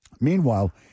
Meanwhile